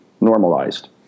normalized